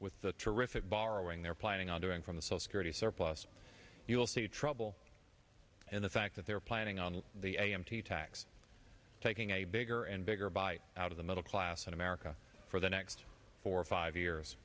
with the terrific borrowing they're planning on doing from the so security surplus you'll see trouble and the fact that they're planning on the a m t tax taking a bigger and bigger bite out of the middle class in america for the next four or five years